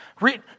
Read